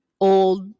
old